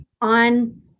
on